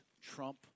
trump